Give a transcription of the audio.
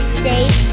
safe